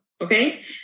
Okay